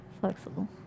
Flexible